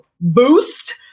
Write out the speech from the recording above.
boost